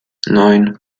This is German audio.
neun